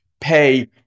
pay